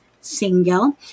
single